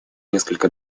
несколько